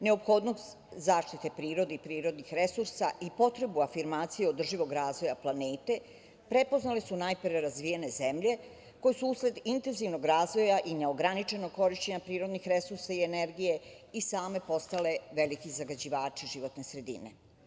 Neophodnost zaštite prirode i prirodnih resursa i potrebu afirmacije održivog razvoja planete prepoznale su najpre razvijene zemlje, koje su usled intenzivnog razvoja i neograničenog korišćenja prirodnih resursa i energije i same postale veliki zagađivači životne sredine.